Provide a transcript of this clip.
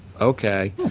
okay